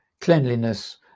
cleanliness